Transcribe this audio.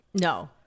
No